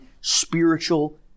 spiritual